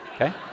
Okay